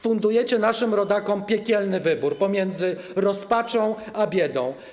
Fundujecie naszym rodakom piekielny wybór pomiędzy rozpaczą a biedą.